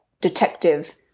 detective